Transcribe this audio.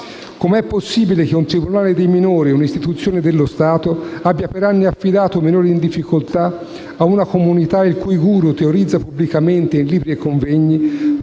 Com'è possibile che un tribunale dei minori - un'istituzione dello Stato - abbia per anni affidato minori in difficoltà ad una comunità il cui *guru* teorizza pubblicamente, in libri e convegni,